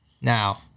Now